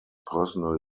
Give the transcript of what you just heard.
personal